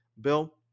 Bill